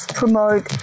promote